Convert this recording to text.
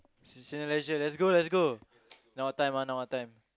Cineleisure let's go let's go now what time ah now what ime